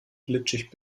glitschig